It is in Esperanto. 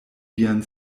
vian